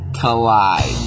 Collide